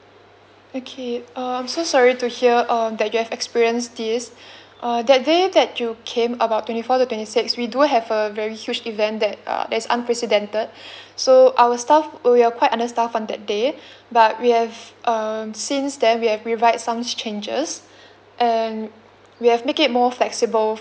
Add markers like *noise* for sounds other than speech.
okay uh I'm so sorry to hear uh that you have experienced this *breath* uh that day that you came about twenty fourth to twenty sixth we do have a very huge event that uh that is unprecedented *breath* so our staff we were quite understaffed on that day *breath* but we have uh since then we have rewrite some changes *breath* and we have make it more flexible